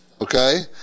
okay